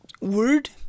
Word